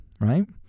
Right